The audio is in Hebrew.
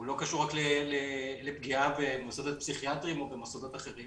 הוא לא קשור רק לפגיעה במוסדות פסיכיאטריים או במוסדות אחרים.